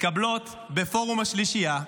מתקבלות בפורום השלישייה,